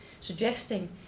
suggesting